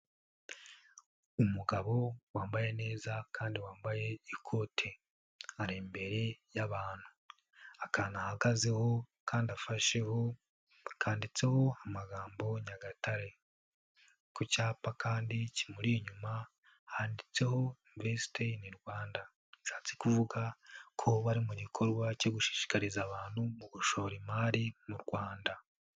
Umugabo wambaye neza kandi wambaye ikote ari imbere y'abantu akantu ahagazeho kandi afasheho akanditseho amagambo Nyagatare ku cyapa kandi kimuri inyuma handitseho imveziti ini Rwanda bishatse kuvuga ko bari mu gikorwa cyo gushishikariza abantu mu gushora imari mu Rwanda.